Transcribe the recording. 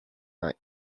night